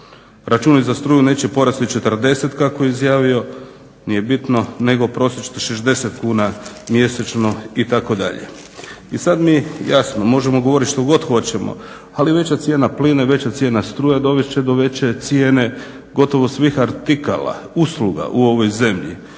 Računi za struju neće porasti 40 kako je izjavio, nije bitno, nego prosječno 60 kuna mjesečno itd. I sad mi možemo govorit što god hoćemo, ali veća cijena plina i veća cijena struje dovest će do veće cijene gotovo svih artikala, usluga u ovoj zemlji.